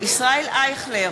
ישראל אייכלר,